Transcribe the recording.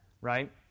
right